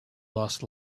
lost